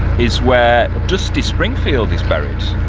is where dusty springfield is buried.